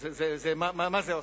מה זה עושה?